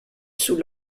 sous